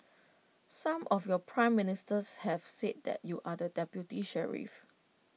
some of your Prime Ministers have said that you are the deputy sheriff